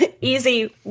easy